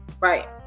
Right